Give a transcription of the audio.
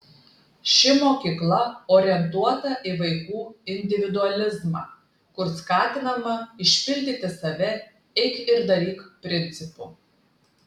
ši mokykla orientuota į vaikų individualizmą kur skatinama išpildyti save eik ir daryk principu